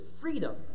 freedom